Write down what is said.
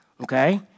Okay